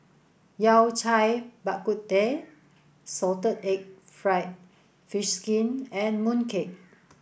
Yao Cai Bak Kut Teh salted egg fried fish skin and mooncake